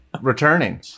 returning